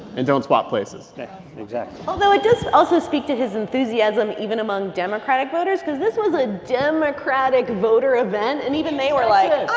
and don't swap places exactly although it does also speak to his enthusiasm even among democratic voters because this was a democratic voter event. and even they were like,